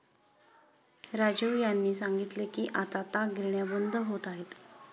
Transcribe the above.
राजीव यांनी सांगितले की आता ताग गिरण्या बंद होत आहेत